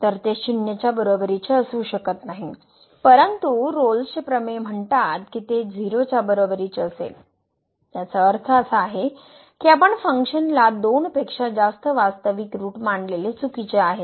तर ते श्युन्य च्या बरोबरीचे असू शकत नाही परंतु रोल्सचे प्रमेय म्हणतात की ते 0 च्या बरोबरीचे असेल याचा अर्थ असा आहे की आपन फंक्शनला दोनपेक्षा जास्त वास्तविक ऋट मानलेले चुकीचे आहे